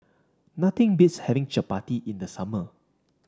nothing beats having Chapati in the summer